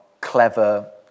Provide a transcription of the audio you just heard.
clever